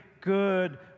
good